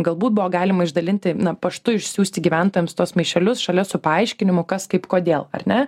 galbūt buvo galima išdalinti paštu išsiųsti gyventojams tuos maišelius šalia su paaiškinimu kas kaip kodėl ar ne